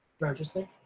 they're interesting,